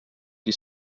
qui